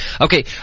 Okay